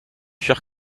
chers